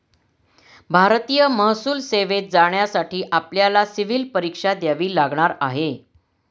भारतीय महसूल सेवेत जाण्यासाठी आपल्याला सिव्हील परीक्षा द्यावी लागणार आहे